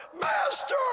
Master